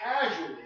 casually